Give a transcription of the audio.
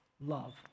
love